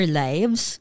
lives